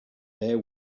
bear